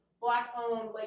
Black-owned